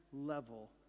level